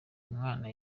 umwana